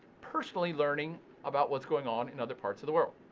personally learning about what's going on in other parts of the world.